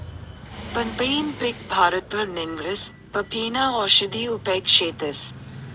पंपईनं पिक भारतभर निंघस, पपयीना औषधी उपेग शेतस